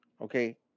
Okay